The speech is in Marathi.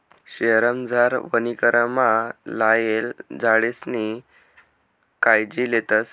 शयेरमझार वनीकरणमा लायेल झाडेसनी कायजी लेतस